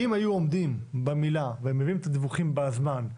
אם היו עומדים במילה ומביאים את הדיווחים בזמן,